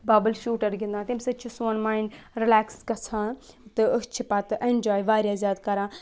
bubble shooter گِنٛدان تمہِ سۭتۍ چھ سون مایِنٛڈ رِلٮ۪کس گژھان تہٕ أسۍ چھِ پَتہٕ اٮ۪نجاے واریاہ زیادٕ کَران